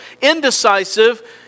indecisive